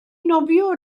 nofio